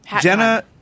Jenna